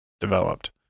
developed